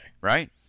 Right